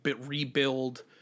rebuild